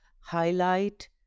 highlight